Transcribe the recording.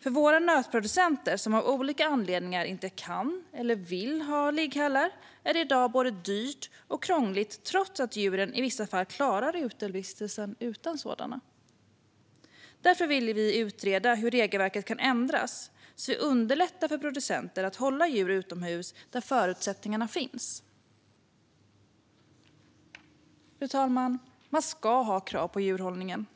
För de nötproducenter som av olika anledningar inte kan eller vill ha ligghallar är det i dag både dyrt och krångligt trots att djuren i vissa fall klarar utevistelsen utan sådana. Därför vill vi utreda hur regelverket kan ändras så att vi underlättar för producenter att hålla djur utomhus där förutsättningarna finns. Fru talman! Man ska ha krav på djurhållningen.